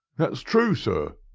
that's true, sir,